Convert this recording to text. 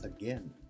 again